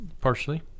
partially